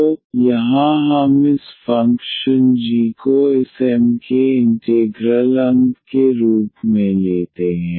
तो यहाँ हम इस फंक्शन g को इस M के इंटेग्रल अंग के रूप में लेते हैं